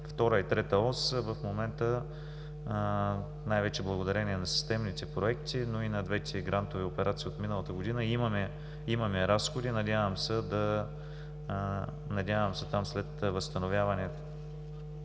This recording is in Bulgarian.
и Трета ос, в момента, най-вече благодарение на системните проекти, но и на двете грантови операции от миналата година имаме разходи. Надявам се там след възстановяването